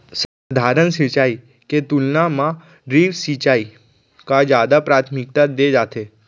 सधारन सिंचाई के तुलना मा ड्रिप सिंचाई का जादा प्राथमिकता दे जाथे